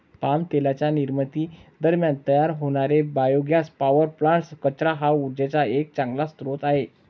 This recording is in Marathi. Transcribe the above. पाम तेलाच्या निर्मिती दरम्यान तयार होणारे बायोगॅस पॉवर प्लांट्स, कचरा हा उर्जेचा एक चांगला स्रोत आहे